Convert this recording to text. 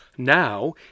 Now